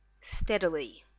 STEADILY